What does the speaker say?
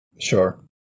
Sure